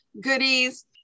goodies